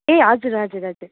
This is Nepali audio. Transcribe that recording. ए हजुर हजुर हजुर